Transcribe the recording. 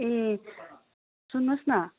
ए सुन्नुहोस् न